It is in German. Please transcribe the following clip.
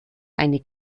eine